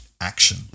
action